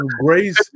Grace